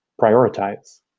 prioritize